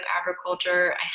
agriculture